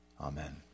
Amen